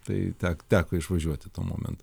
tai tek teko išvažiuoti tuo momentu